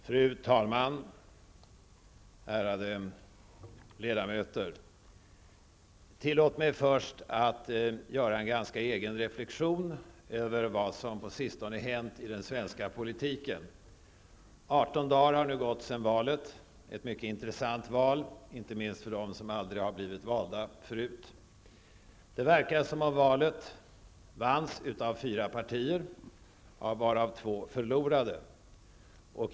Fru talman! Ärade ledamöter! Tillåt mig först att göra en ganska egen reflexion över vad som på sistone hänt i den svenska politiken. 18 dagar har nu gått sedan valet, ett mycket intressant val, inte minst för dem som aldrig har blivit valda förut. Det verkar som om valet vanns av fyra partier, varav två förlorade.